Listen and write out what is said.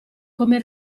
come